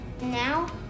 Now